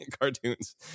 cartoons